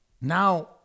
Now